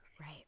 Right